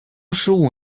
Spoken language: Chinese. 十五